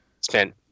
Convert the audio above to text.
spent